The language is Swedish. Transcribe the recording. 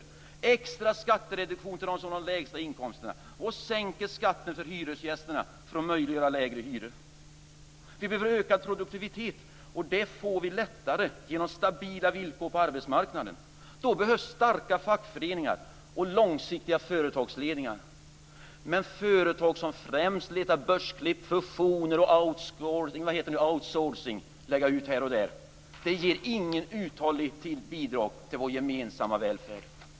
Det blir en extra skattereduktion för dem som har de lägsta inkomsterna samtidigt som skatten för hyresgäster sänks för att möjliggöra lägre hyror. Vi behöver en ökad produktivitet. Det får vi lättare genom stabila villkor på arbetsmarknaden. Då behövs starka fackföreningar och långsiktiga företagsledningar. Men företag som främst letar börsklipp, fusioner och outsourcing ger inget uthålligt bidrag till vår gemensamma välfärd.